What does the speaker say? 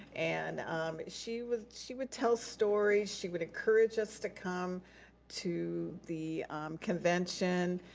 and um she would she would tell stories, she would encourage us to come to the convention.